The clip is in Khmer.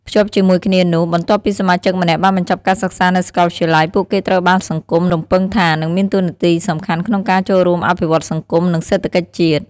ភ្ជាប់ជាមួយគ្នានោះ បន្ទាប់ពីសមាជិកម្នាក់បានបញ្ចប់ការសិក្សានៅសាកលវិទ្យាល័យ ពួកគេត្រូវបានសង្គមរំពឹងថា នឹងមានតួនាទីសំខាន់ក្នុងការចូលរួមអភិវឌ្ឍសង្គម និងសេដ្ឋកិច្ចជាតិ។